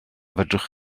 fedrwch